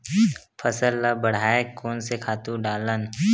फसल ल बढ़ाय कोन से खातु डालन?